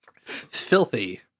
Filthy